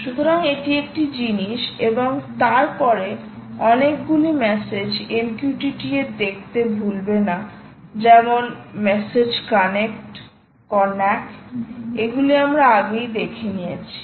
সুতরাং এটি একটি জিনিস এবং তারপরে অনেকগুলি মেসেজ MQQT এর দেখতে ভুলবেন না যেমন মেসেজ কানেক্ট কন্নাক এগুলি আমরা আগেই দেখে নিয়েছি